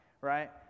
right